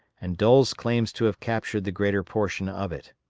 and doles claims to have captured the greater portion of it.